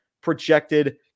projected